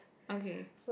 okay